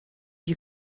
you